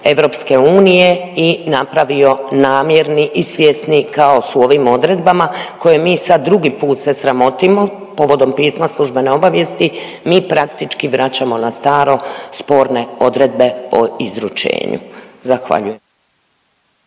pravo EU i napravio namjerni i svjesni kaos u ovim odredbama koji mi sad drugi put se sramotimo povodom pisma službene obavijesti mi praktički vraćamo na staro sporne odredbe o izručenju, zahvaljujem.